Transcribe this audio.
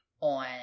on